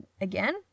again